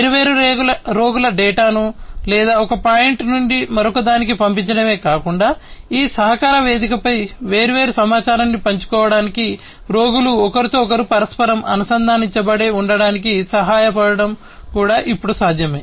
వేర్వేరు రోగుల డేటాను లేదా ఒక పాయింట్ నుండి మరొకదానికి పంపించడమే కాకుండా ఈ సహకార వేదికపై వేర్వేరు సమాచారాన్ని పంచుకోవడానికి రోగులు ఒకరితో ఒకరు పరస్పరం అనుసంధానించబడి ఉండటానికి సహాయపడటం కూడా ఇప్పుడు సాధ్యమే